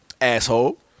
Asshole